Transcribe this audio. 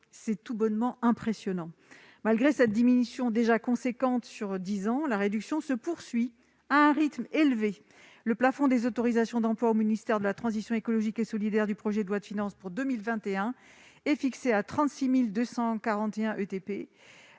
est tout bonnement impressionnant. Malgré cette diminution déjà considérable sur dix ans, la réduction se poursuit à un rythme élevé : le plafond des autorisations d'emploi du ministère de la transition écologique, dans le projet de loi de finances pour 2021, est fixé à 36 241 ETPT,